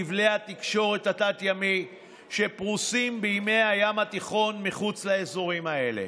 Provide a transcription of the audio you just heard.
כבלי התקשורת התת-ימיים שפרוסים במימי הים התיכון מחוץ לאזורים האלה.